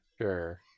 Sure